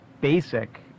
basic